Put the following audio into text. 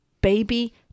baby